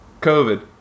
COVID